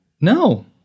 No